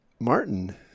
martin